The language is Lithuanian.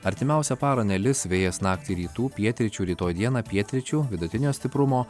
artimiausią parą nelis vėjas naktį rytų pietryčių rytoj dieną pietryčių vidutinio stiprumo